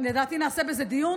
לדעתי, אנחנו עוד נעשה על זה דיון.